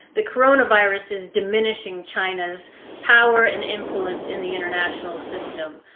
the coronavirus is diminishing china's power and influence in the international system.